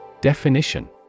Definition